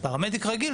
אני אודי גלבשטיין,